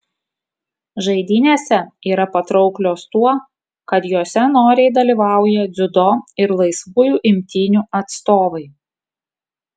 žaidynėse yra patrauklios tuo kad jose noriai dalyvauja dziudo ir laisvųjų imtynių atstovai